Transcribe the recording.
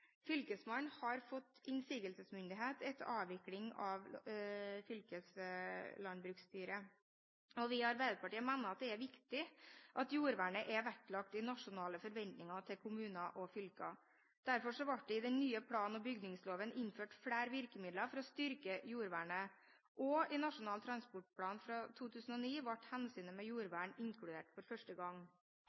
Fylkesmannen har fått innsigelsesmyndighet etter avvikling av fylkeslandbruksstyret. Vi i Arbeiderpartiet mener det er viktig at jordvernet er vektlagt i nasjonale forventninger til kommuner og fylker. Derfor ble det i den nye plan- og bygningsloven innført flere virkemidler for å styrke jordvernet. I Nasjonal transportplan fra 2009 ble hensynet til jordvern inkludert for første gang.